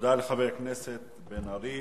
תודה לחבר הכנסת בן-ארי.